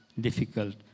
difficult